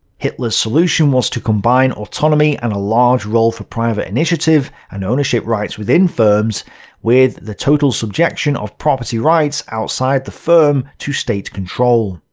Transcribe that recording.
hitler's solution was to combine autonomy and a large role for private initiative and ownership rights within firms with the total subjection of property rights outside the firm to state control.